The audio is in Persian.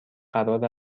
قرار